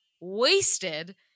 wasted